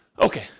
Okay